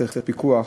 צריך פיקוח.